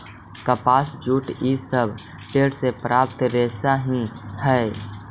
कपास, जूट इ सब पेड़ से प्राप्त रेशा ही हई